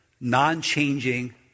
non-changing